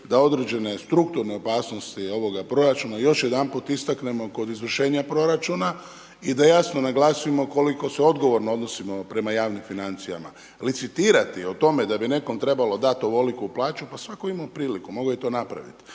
da određene strukturne opasnosti ovoga proračuna još jedanput istaknemo kod izvršenja proračuna i da jasno naglasimo koliko se odgovorno odnosimo prema javnim financijama. Licitirati o tome da bi nekom trebalo dati ovoliku plaću, pa svatko je imao priliku, mogao je to napraviti.